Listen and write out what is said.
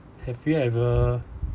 have you ever